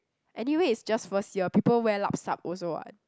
anyway is just first year people wear lup-sup also what